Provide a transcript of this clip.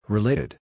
Related